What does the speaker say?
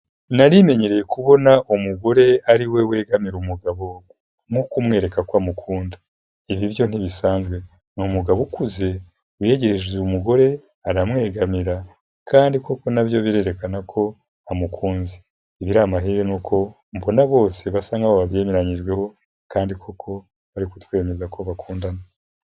Nari menyereye kubona umugore ari we wegamira umugabo nko kumwereka ko amukunda. Ibibyo ntibisanzwe! Ni umugabo ukuze wiyegereje uyu umugore aramwegamira, kandi koko nabyo birerekana ko amukunze, ibiri amahire nuko mbona bose basa nkaho babyemeranyijweho kandi koko bari kutwemeza ko bakundana.